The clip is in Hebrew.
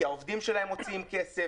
כי העובדים שלהם מוציאים כסף,